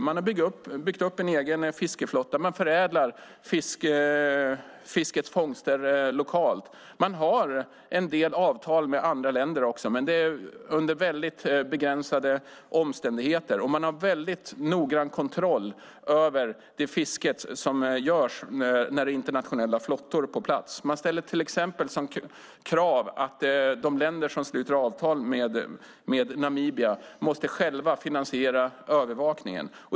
Man har byggt upp en egen fiskeflotta. Man förädlar fiskets fångster lokalt. Man har också en del avtal med andra länder, men det är under väldigt begränsade omständigheter. Och man har en mycket noggrann kontroll över det fiske som sker när internationella flottor är på plats. Man ställer till exempel som krav att de länder som sluter avtal med Namibia själva måste finansiera övervakningen.